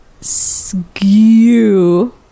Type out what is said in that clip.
Skew